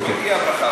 זו תהיה הברכה.